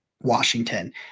Washington